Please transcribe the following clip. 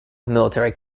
military